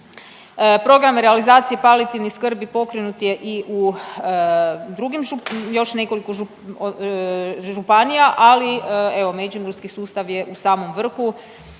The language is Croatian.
Program realizacije palijativne skrbi pokrenut je i u drugim žu…, još nekoliko županija, ali evo međimurski sustav je u samom vrhu